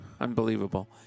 Unbelievable